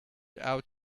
out